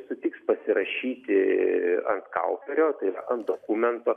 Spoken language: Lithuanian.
sutiks pasirašyti ant kauferio tai yra ant dokumento